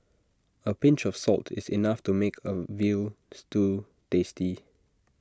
A pinch of salt is enough to make A Veal Stew tasty